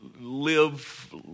live